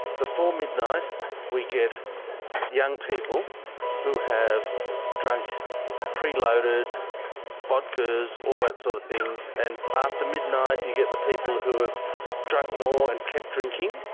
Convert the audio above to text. before midnight we get young people who have drunk preloaded vodkas, all that sort of thing. and after midnight you get the people who have drunk more and kept drinking,